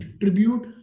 tribute